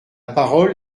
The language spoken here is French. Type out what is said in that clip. parole